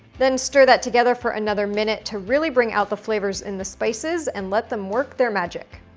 then, stir that together for another minute, to really bring out the flavors in the spices and let them work their magic.